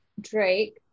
Drake